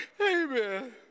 amen